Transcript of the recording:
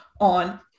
on